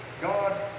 God